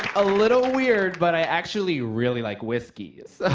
a little weird, but i actually really like whiskey. so,